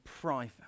private